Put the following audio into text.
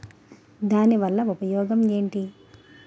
దాని వల్ల ఉపయోగం ఎంటి?